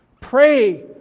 pray